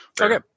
Okay